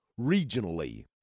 regionally